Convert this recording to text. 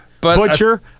Butcher